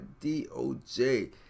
DOJ